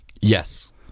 Yes